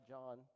John